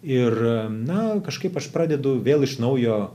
ir na kažkaip aš pradedu vėl iš naujo